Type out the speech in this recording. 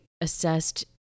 assessed